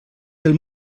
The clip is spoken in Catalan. del